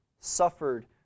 suffered